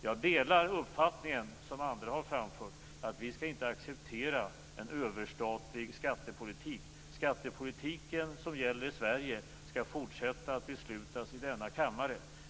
Jag delar den uppfattning som andra har framfört om att vi inte skall acceptera en överstatlig skattepolitik. Den skattepolitik som gäller Sverige skall fortsatt beslutas i denna kammare.